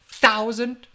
thousand